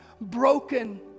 broken